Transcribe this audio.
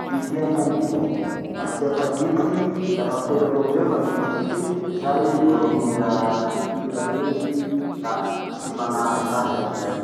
litiha fanditiky, asia fanditiky, lafa mipetaky eo amizay fanditiky iny, zay i vo rohiza pira rey i, la tsy manary sasy amizay.